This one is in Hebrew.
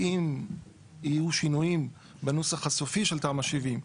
ואם יהיו שינויים בנוסח הסופי של תמ"א 70,